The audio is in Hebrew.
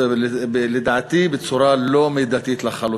לדעתי בצורה לא מידתית לחלוטין.